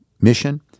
mission